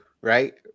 right